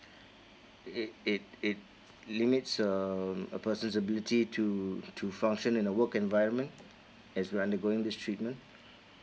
it it it limits um a person's ability to to function in a work environment as we undergoing this treatment